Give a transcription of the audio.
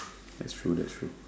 that's true that's true